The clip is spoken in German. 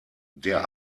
der